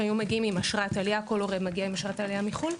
כשכל עולה היה מגיע עם אשרת עלייה מחו"ל,